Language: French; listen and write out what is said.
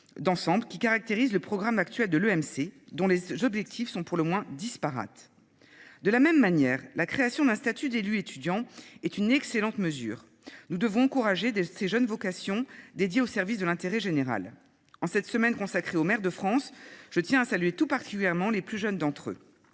qui caractérise le programme actuel de l'EMC dont les objectifs sont pour le moins disparates. De la même manière, la création d'un statut d'élu étudiant est une excellente mesure. Nous devons encourager ces jeunes vocations dédiées au service de l'intérêt général. En cette semaine consacrée aux maires de France, je tiens à saluer tout particulièrement les plus jeunes d'entre eux.